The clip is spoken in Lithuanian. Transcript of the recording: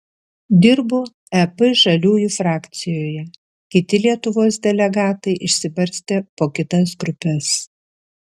dirbu ep žaliųjų frakcijoje kiti lietuvos delegatai išsibarstę po kitas grupes